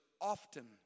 often